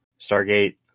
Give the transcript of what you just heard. Stargate